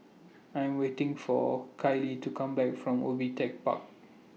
I Am waiting For Kailee to Come Back from Ubi Tech Park